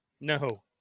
no